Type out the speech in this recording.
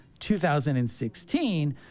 2016